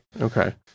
Okay